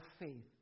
faith